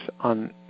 on